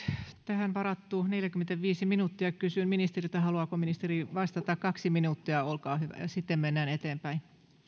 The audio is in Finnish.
tähän varatut neljäkymmentäviisi minuuttia kysyn ministeriltä haluaako ministeri vastata kaksi minuuttia olkaa hyvä ja sitten mennään eteenpäin